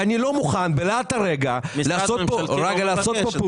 ואני לא מוכן בלהט הרגע לעשות פה פעולות